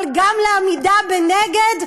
אבל גם לעמידה מנגד,